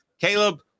Caleb